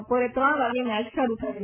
બપોરે ત્રણ વાગે મેચ શરૂ થશે